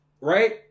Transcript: right